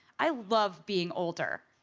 i love being older!